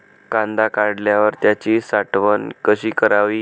कांदा काढल्यावर त्याची साठवण कशी करावी?